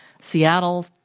Seattle